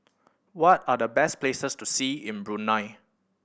what are the best places to see in Brunei